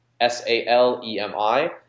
S-A-L-E-M-I